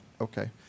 okay